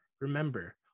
remember